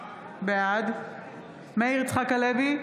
בעד מאיר יצחק הלוי,